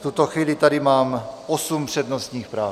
V tuto chvíli tady mám osm přednostních práv.